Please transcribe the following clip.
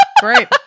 Great